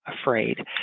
afraid